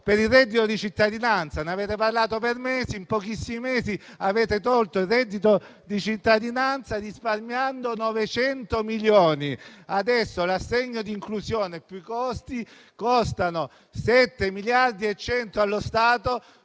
per il reddito di cittadinanza: ne avete parlato per mesi e, in pochissimi mesi, avete tolto il reddito di cittadinanza, risparmiando 900 milioni. Adesso l'assegno di inclusione, più i costi, costa 7 miliardi e 100 milioni allo Stato,